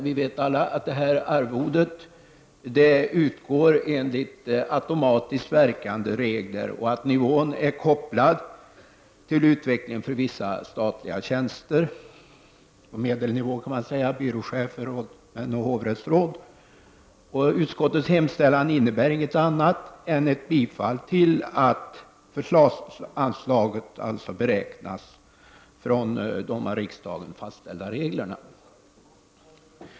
Vi vet alla att arvodet till riksdagens ledamöter utgår enligt automatiskt verkande regler och att nivån är kopplad till utvecklingen för vissa statliga tjänster, på medelnivå kan man säga — byråchefer och hovrättsråd. Utskottets hemställan innebär ingenting annat än ett bifall till att förslagsanslaget beräknas enligt de av riksdagen fastställda reglerna.